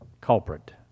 culprit